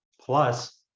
plus